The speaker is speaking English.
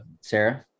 Sarah